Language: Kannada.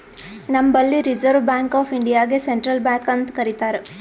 ನಂಬಲ್ಲಿ ರಿಸರ್ವ್ ಬ್ಯಾಂಕ್ ಆಫ್ ಇಂಡಿಯಾಗೆ ಸೆಂಟ್ರಲ್ ಬ್ಯಾಂಕ್ ಅಂತ್ ಕರಿತಾರ್